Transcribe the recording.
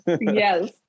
Yes